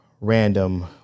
random